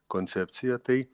koncepciją tai